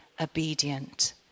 obedient